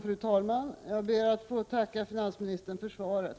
Fru talman! Jag ber att få tacka finansministern för svaret.